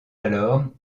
alors